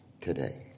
today